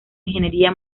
ingeniería